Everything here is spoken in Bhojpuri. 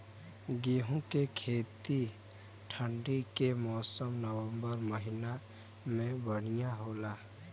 गेहूँ के खेती ठंण्डी के मौसम नवम्बर महीना में बढ़ियां होला?